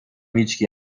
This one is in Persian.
هیچکی